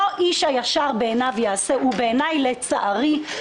לא איש הישר בעיניו יעשה ובעיני לצערי,